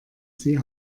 sie